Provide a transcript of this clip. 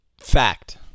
Fact